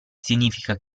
significa